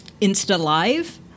insta-live